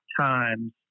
times